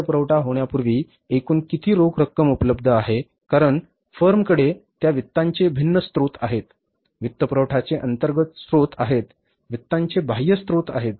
वित्तपुरवठा होण्यापूर्वी एकूण किती रोख रक्कम उपलब्ध आहे कारण फर्मकडे त्या वित्तांचे भिन्न स्त्रोत आहेत वित्तपुरवठाचे अंतर्गत स्त्रोत आहेत वित्तांचे बाह्य स्रोत आहेत